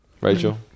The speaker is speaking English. Rachel